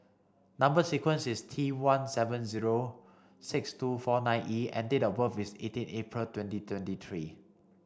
number sequence is T one seven zero six two four nine E and date of birth is eighteen April twenty twenty three